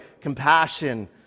compassion